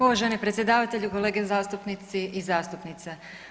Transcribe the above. Uvaženi predsjedavatelju, kolege zastupnici i zastupnice.